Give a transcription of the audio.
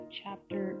chapter